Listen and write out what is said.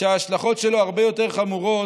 שההשלכות שלו הרבה יותר חמורות